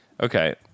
Okay